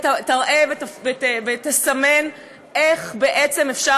תראה ותסמן איך אפשר